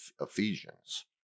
Ephesians